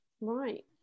Right